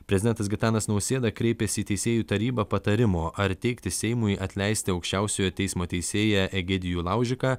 prezidentas gitanas nausėda kreipėsi į teisėjų tarybą patarimo ar teikti seimui atleisti aukščiausiojo teismo teisėją egidijų laužiką